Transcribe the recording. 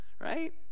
right